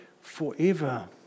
Forever